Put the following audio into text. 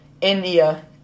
India